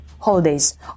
holidays